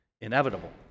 inevitable